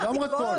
היא לא אמרה כל.